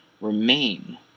remain